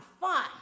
fun